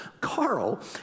Carl